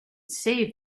save